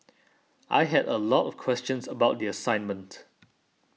I had a lot of questions about the assignment